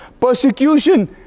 Persecution